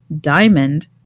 Diamond